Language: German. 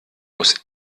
muss